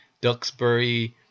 Duxbury